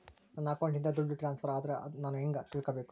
ನನ್ನ ಅಕೌಂಟಿಂದ ದುಡ್ಡು ಟ್ರಾನ್ಸ್ಫರ್ ಆದ್ರ ನಾನು ಹೆಂಗ ತಿಳಕಬೇಕು?